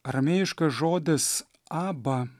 ramėjiškas žodis aba